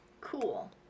Cool